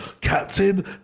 captain